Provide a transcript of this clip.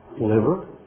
liver